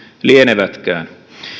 lienevätkään